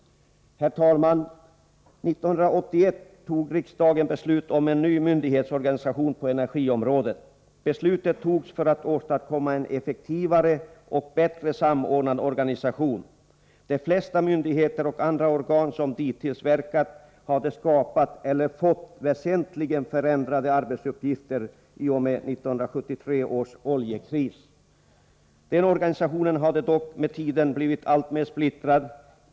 Herr talman! År 1981 tog riksdagen beslut om en ny myndighetsorganisation på energiområdet. Beslutet togs för att åstadkomma en effektivare och bättre samordnad organisation. De flesta myndigheter och andra organ som dittills verkat hade skapat eller fått väsentligen förändrade arbetsuppgifter i och med 1973 års oljekris. Den organisationen hade dock med tiden blivit alltmer splittrad.